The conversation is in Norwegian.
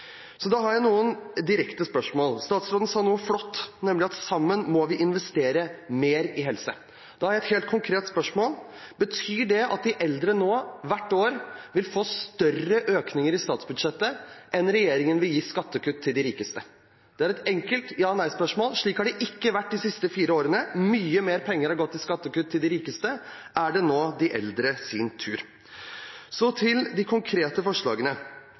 Da har jeg noen direkte spørsmål. Statsråden sa noe flott, nemlig at vi sammen må investere mer i helse. Da har jeg et helt konkret spørsmål: Betyr det at de eldre nå hvert år vil få større økninger i statsbudsjettet enn regjeringen vil gi i skattekutt til de rikeste? Det er et enkelt ja/nei-spørsmål. Slik har det ikke vært de siste fire årene. Mye mer penger har gått til skattekutt til de rikeste. Er det nå de eldres tur? Så til de konkrete forslagene: